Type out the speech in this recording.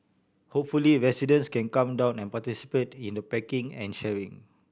hopefully residents can come down and participate in the packing and sharing